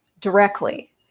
directly